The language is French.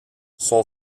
son